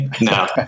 No